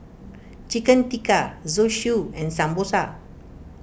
Chicken Tikka Zosui and Samosa